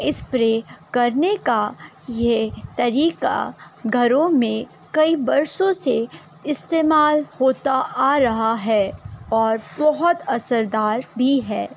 spray کرنے کا یہ طریقہ گھروں میں کئی برسوں سے استعمال ہوتا آ رہا ہے اور بہت اثردار بھی ہے